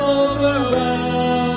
overwhelmed